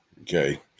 Okay